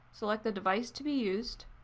select the device to be used.